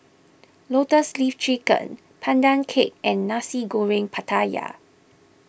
Lotus Leaf Chicken Pandan Cake and Nasi Goreng Pattaya